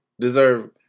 deserve